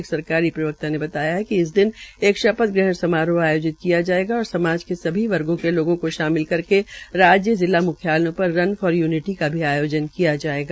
एक सरकारी प्रवक्ता ने बताया कि इस दिन एक शपथ ग्रहण समारोह आयोजित किया जाएगा और समाज के सभी वर्गो के लोगों को शामिल करके राज्यजिला म्ख्यालयों पर रन फॉर यूनिटी का भी आयोजन किया जाएगा